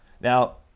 Now